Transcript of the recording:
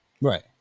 Right